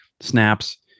snaps